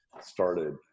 started